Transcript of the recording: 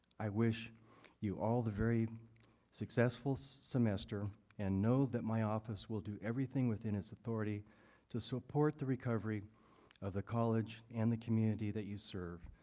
i wish you all the very successful semester and know that my office will do everything within its authority to support the recovery of the college and the community that you serve.